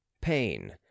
pain